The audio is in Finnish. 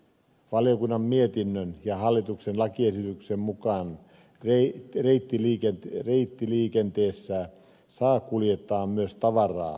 valiokunnan mietinnön ja hallituksen lakiesityksen mukaan reittiliikenteessä saa kuljettaa myös tavaraa